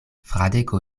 fradeko